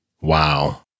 Wow